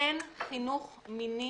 אין חינוך מיני